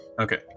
Okay